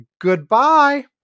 Goodbye